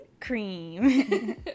Cream